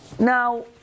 Now